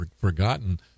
forgotten